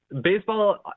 baseball